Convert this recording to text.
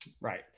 Right